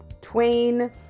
Twain